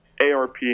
ARP